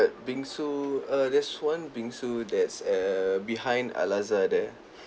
bingsu uh there's one bingsu that's err behind al azhar there